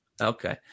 okay